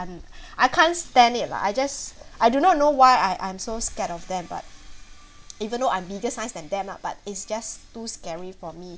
I can't stand it lah I just I do not know why I I'm so scared of them but even though I'm bigger size than them ah but it's just too scary for me